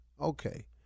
okay